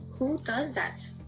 who does that?